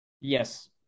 Yes